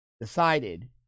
decided